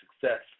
success